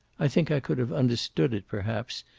i think i could have understood it, perhaps,